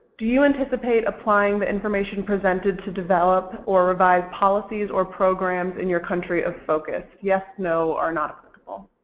do you anticipate applying the information presented to develop or revise policies or programs in your country of focus? yes, no or not applicable?